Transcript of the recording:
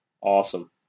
awesome